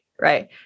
right